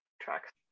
tracks